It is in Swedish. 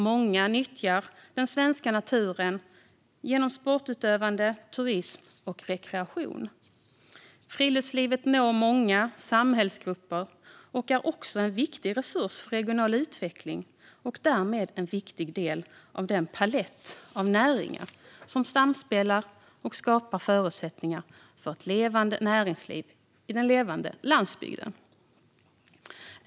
Många nyttjar den svenska naturen genom sportutövande, turism och rekreation. Friluftslivet når många samhällsgrupper och är också en viktig resurs för regional utveckling och därmed en viktig del av den palett av näringar som samspelar och skapar förutsättningar för ett levande näringsliv på den levande landsbygden.